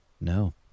No